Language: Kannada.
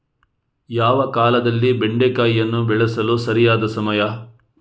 ಯಾವ ಕಾಲದಲ್ಲಿ ಬೆಂಡೆಕಾಯಿಯನ್ನು ಬೆಳೆಸಲು ಸರಿಯಾದ ಸಮಯ?